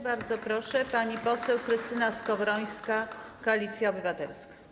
Bardzo proszę, pani poseł Krystyna Skowrońska, Koalicja Obywatelska.